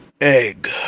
egg